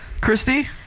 Christy